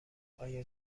آیا